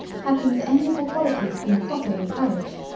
had these amiable qualities been properly encouraged,